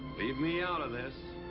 leave me out of this!